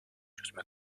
çözüme